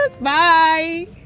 Bye